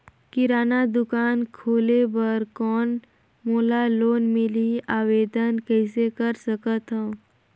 किराना दुकान खोले बर कौन मोला लोन मिलही? आवेदन कइसे कर सकथव?